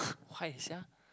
why sia